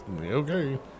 Okay